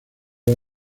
era